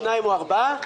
שניים או ארבעה,